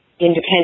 independent